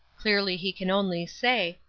clearly he can only say,